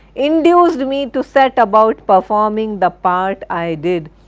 induced me to set about performing the part i did,